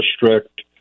district